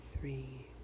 three